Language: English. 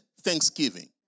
thanksgiving